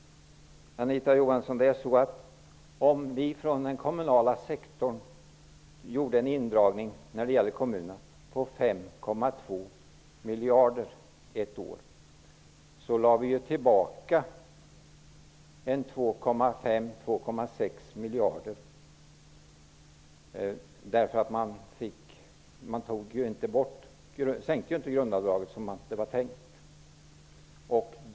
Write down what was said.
Anita Johansson! Om ni gjorde indragningar för den kommunala sektorn på 5,2 miljarder ett år, så gav vi ju tillbaka 2,5--2,6 miljarder, eftersom grundavdraget inte sänktes som det var tänkt.